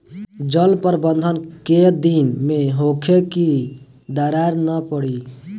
जल प्रबंधन केय दिन में होखे कि दरार न पड़ी?